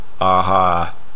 aha